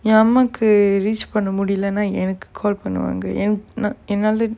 eh அம்மாக்கு:ammakku reach பண்ண முடியலனா எனக்கு:panna mudiyalanaa enakku call பண்ணுவாங்க:pannuvaanga enk~ நா என்னால:naa ennaala